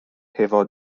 hefo